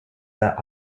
that